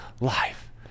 life